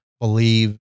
believe